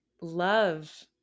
love